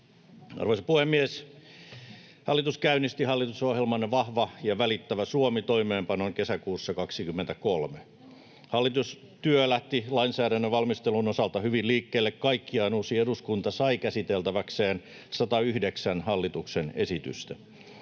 Arvoisa puhemies! Hallitus käynnisti hallitusohjelman ”Vahva ja välittävä Suomi” toimeenpanon kesäkuussa 23. Hallitustyö lähti lainsäädännön valmistelun osalta hyvin liikkeelle. Kaikkiaan uusi eduskunta sai käsiteltäväkseen 109 hallituksen esitystä.